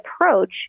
approach